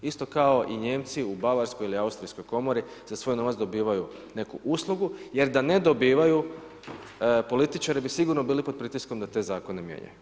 Isto kao i Nijemci u bavarskoj ili austrijskoj komori za svoj novac dobivaju neku uslugu jer da ne dobivaju, političari bi sigurno bili pod pritiskom da te zakone mijenjaju.